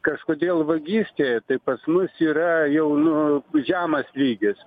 kažkodėl vagystė tai pas mus yra jau nu žemas lygis